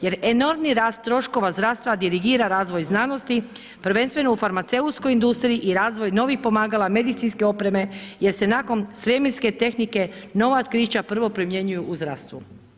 Jer enormni rast troškova zdravstva dirigira razvoj znanosti prvenstveno u farmaceutskoj industriji i razvoj novih pomagala medicinske opreme jer se nakon svemirske tehnike nova otkrića prvo primjenjuju u zdravstvu.